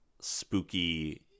spooky